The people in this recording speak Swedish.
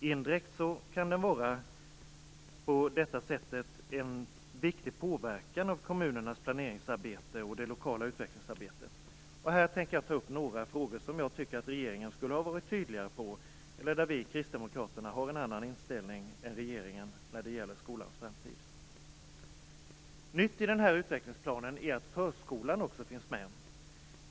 Indirekt kan den på det sättet vara viktig när det gäller att påverka kommunernas planeringsarbete och det lokala utvecklingsarbetet. Jag tänker ta upp några frågor där jag tycker att regeringen skulle ha varit tydligare eller där vi kristdemokrater har en annan inställning än regeringen när det gäller skolans framtid. Nytt i utvecklingsplanen är att förskolan också finns med.